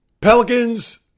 Pelicans